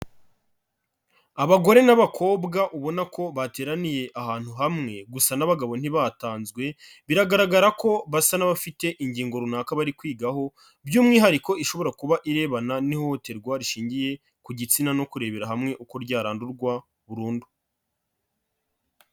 Abagore n'abakobwa, ubona ko bateraniye ahantu hamwe, gusa n'abagabo ntibatanzwe, biragaragara ko basa n'abafite ingingo runaka bari kwigaho, by'umwihariko ishobora kuba irebana n'ihohoterwa rishingiye ku gitsina, no kurebera hamwe uko ryarandurwa burundu.